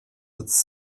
its